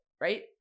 right